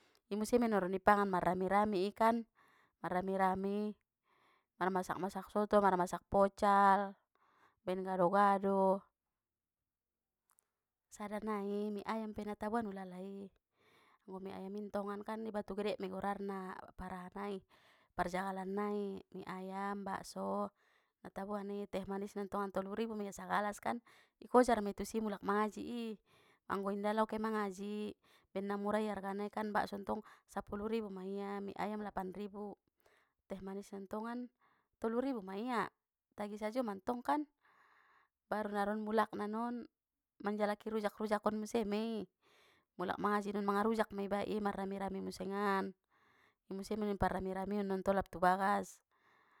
I muse me naron ipangan marrami-rami i kan marrami-rami marmasak masak soto marmasak pocal, baen gado-gado, sada nai mie ayam pe na taboan ulala i anggo mie ayam intongan kan i batu gede mei gorarna par aha nai parjagalan nai mie ayam bakso na taboan i teh manis na ntongan tolu ribu mia sagalas kan ikojar mei tusi mulak mangaji i anggo inda lau ke mangaji ben na murai arganai kan bakso ntong sapulu ribu ma ia mie ayam lapan ribu teh manisna ntongan tolu ribu ma ia tagi sajo mantongkan baru naron mulakna non manjalaki rujak-rujakon muse mei mulak mangaji non mangarujak mei iba i marrami-rami musengan imuse me non i parrami-ramion non tolap tu bagas.